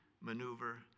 maneuver